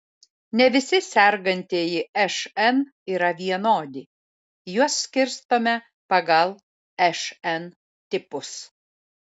ne visi sergantieji šn yra vienodi juos skirstome pagal šn tipus